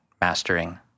mastering